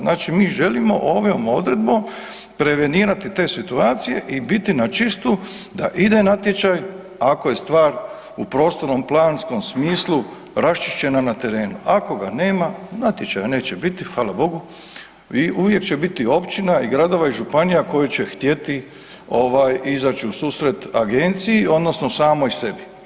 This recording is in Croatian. Znači mi želimo ovom odredbom prevenirati te situacije i biti na čistu da ide natječaj ako je stvar u prostorno-planskom smislu raš iš ena na terenu, ako ga nema, natječaja neće biti, fala Bogu i uvijek će biti općina i gradova i županija koje će htjeti izaći u susret Agenciji, odnosno samoj sebi.